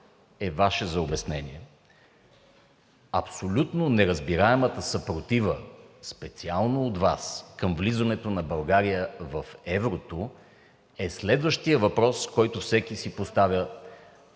е Ваше за обяснение. Абсолютно неразбираемата съпротива специално от Вас към влизането на България в еврото е следващият въпрос, който всеки си поставя: